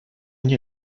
nie